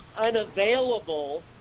unavailable